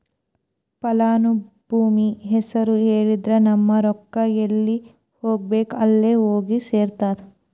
ಫಲಾನುಭವಿ ಹೆಸರು ಹೇಳಿದ್ರ ನಿಮ್ಮ ರೊಕ್ಕಾ ಎಲ್ಲಿ ಹೋಗಬೇಕ್ ಅಲ್ಲೆ ಹೋಗಿ ಸೆರ್ತದ